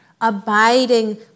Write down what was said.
abiding